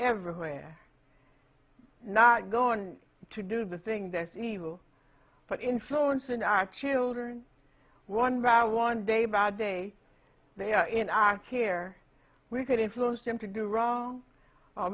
everywhere not going to do the thing that's evil but influencing our children one by one day by day they are in our care we could influence them to do wrong or